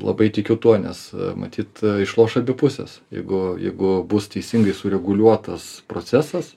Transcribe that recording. labai tikiu tuo nes matyt išloš abi pusės jeigu jeigu bus teisingai sureguliuotas procesas